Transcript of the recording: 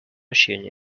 machine